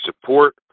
support